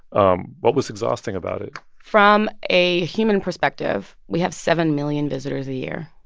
um what was exhausting about it? from a human perspective, we have seven million visitors a year.